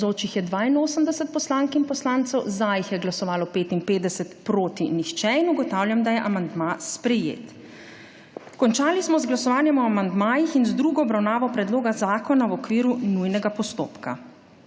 za jih je glasovalo 55, proti nihče. (Za je glasovalo 55.) (Proti nihče.) Ugotavljam da je amandma sprejet. Končali smo z glasovanjem o amandmajih in z drugo obravnavo predloga zakona v okviru nujnega postopka.